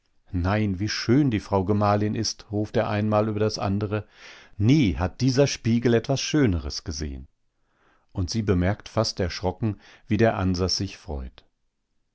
nein wie schön die frau gemahlin ist ruft er einmal über das andere nie hat dieser spiegel etwas schöneres gesehen und sie bemerkt fast erschrocken wie der ansas sich freut